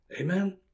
Amen